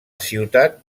ciutat